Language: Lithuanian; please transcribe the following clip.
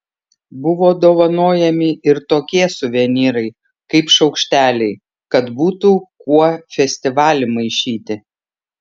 buvo dovanojami ir tokie suvenyrai kaip šaukšteliai kad būtų kuo festivalį maišyti